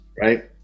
right